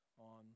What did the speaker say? on